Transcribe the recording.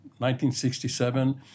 1967